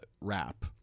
rap